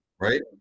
Right